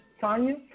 Tanya